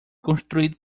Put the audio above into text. construído